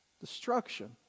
destruction